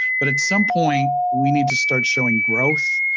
but, at some point, we need to start showing growth.